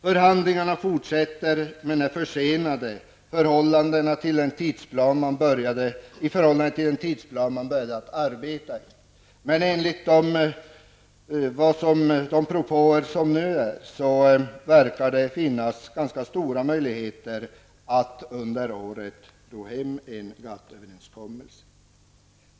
Förhandlingarna fortsätter men är försenade i förhållande till den tidplan som man började arbeta efter. Men enligt de propåer som nu har kommit verkar det finnas ganska stora möjligheter att under året ro hem en GATT-överenskommelse.